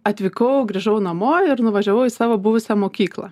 atvykau grįžau namo ir nuvažiavau į savo buvusią mokyklą